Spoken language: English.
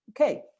Okay